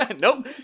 Nope